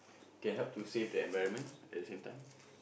can help to save the environment at the same time